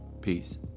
peace